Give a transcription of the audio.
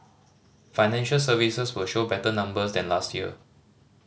financial services will show better numbers than last year